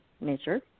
nature